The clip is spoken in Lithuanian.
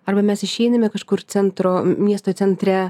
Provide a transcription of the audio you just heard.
arba mes išeiname kažkur centro miesto centre